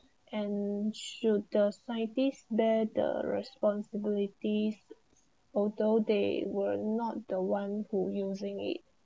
and should the scientists bear the responsibilities although they were not the one who using it